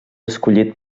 escollit